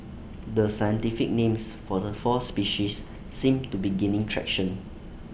the scientific names for the four species seem to be gaining traction